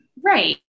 right